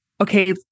okay